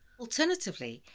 alternatively,